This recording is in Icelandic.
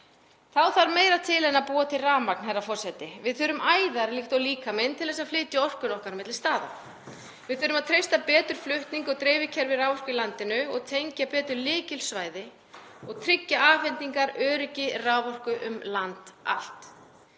Þá þarf meira til en að búa til rafmagn, herra forseti, við þurfum æðar líkt og líkaminn til þess að flytja orku á milli staða. Við þurfum að treysta betur flutning og dreifikerfi raforku í landinu, tengja betur lykilsvæði og tryggja afhendingaröryggi raforku um land allt.